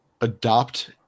adopt